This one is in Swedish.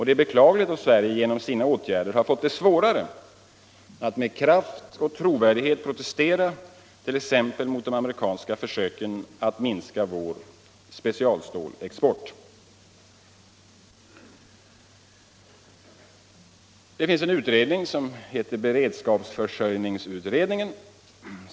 Det är beklagligt att Sverige genom sina egna åtgärder fått det svårare att med kraft och trovärdighet protestera t.ex. mot de amerikanska försöken att minska vår specialstålsexport. Det finns en utredning som heter beredskapsförsörjningsutredningen.